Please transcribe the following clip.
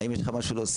האם יש לך משהו להוסיף?